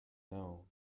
know